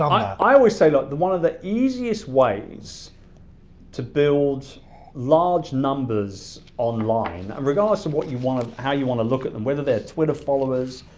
i always say, like that one of the easiest ways to build large numbers online, and regards to what you want, ah how you wanna look at them. whether they're twitter followers,